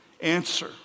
answer